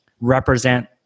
represent